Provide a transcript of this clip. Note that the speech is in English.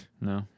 no